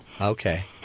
Okay